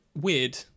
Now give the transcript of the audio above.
weird